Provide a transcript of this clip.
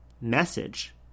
message